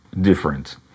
different